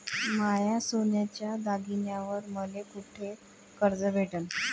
माया सोन्याच्या दागिन्यांइवर मले कुठे कर्ज भेटन?